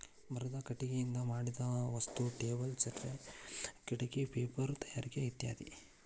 ಮರದ ಕಟಗಿಯಿಂದ ಮಾಡಿದ ವಸ್ತು ಟೇಬಲ್ ಖುರ್ಚೆ ಕಿಡಕಿ ಪೇಪರ ತಯಾರಿಕೆ ಇತ್ಯಾದಿ